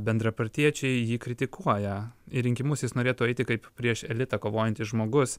bendrapartiečiai jį kritikuoja į rinkimus jis norėtų eiti kaip prieš elitą kovojantis žmogus